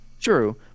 True